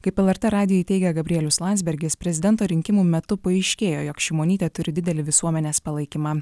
kaip lrt radijui teigė gabrielius landsbergis prezidento rinkimų metu paaiškėjo jog šimonytė turi didelį visuomenės palaikymą